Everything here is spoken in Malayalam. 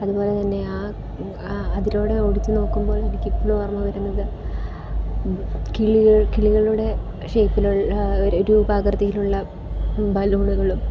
അതുപോലെ തന്നെ ആ ആ അതിലൂടെ ഓടിച്ചുനോക്കുമ്പോൾ എനിക്ക് ഇപ്പോളും ഓർമ്മ വരുന്നത് കിളിക കിളികളുടെ ഷെയിപ്പിലുള്ള രൂപാകൃതിയിലുള്ള ബലൂണുകളും